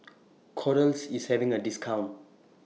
Kordel's IS having A discount